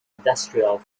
industrial